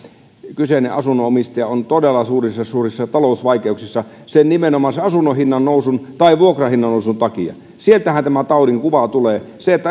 kyseinen asunnon omistaja on todella suurissa suurissa talousvaikeuksissa nimenomaan sen asunnon hinnan nousun tai vuokran hinnan nousun takia sieltähän tämä taudinkuva tulee